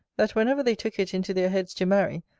that whenever they took it into their heads to marry,